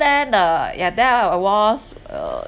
then uh yeah there I was uh